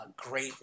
great